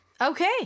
Okay